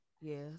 Yes